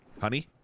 Honey